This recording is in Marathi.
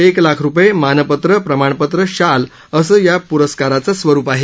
एक लाख रूपये मानपत्र प्रमाणपत्र शाल असं पुरस्काराचं स्वरूप आहे